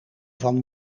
van